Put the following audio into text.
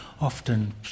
Often